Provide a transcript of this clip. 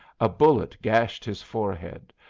a bullet gashed his forehead,